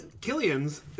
Killian's